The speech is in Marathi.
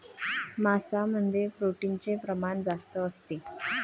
मांसामध्ये प्रोटीनचे प्रमाण जास्त असते